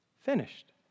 finished